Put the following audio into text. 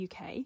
UK